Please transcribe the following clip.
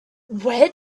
where